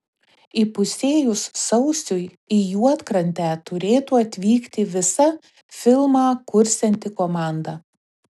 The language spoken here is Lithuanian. įpusėjus sausiui į juodkrantę turėtų atvykti visa filmą kursianti komanda